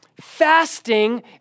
Fasting